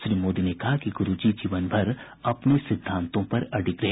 श्री मोदी ने कहा कि गुरूजी जीवन भर अपने सिद्धान्तों पर अडिग रहे